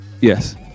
Yes